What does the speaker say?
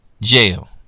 jail